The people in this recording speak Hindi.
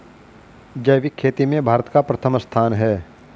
जैविक खेती में भारत का प्रथम स्थान है